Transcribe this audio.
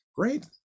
great